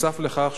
נוסף על כך,